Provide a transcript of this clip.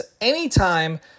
anytime